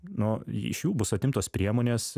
nu iš jų bus atimtos priemonės